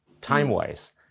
time-wise